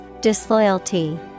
Disloyalty